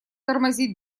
тормозить